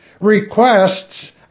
requests